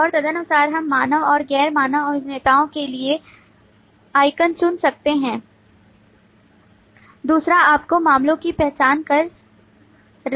और तदनुसार हम मानव और गैर मानव अभिनेताओं के लिए आइकन चुन सकते हैं